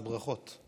אז ברכות.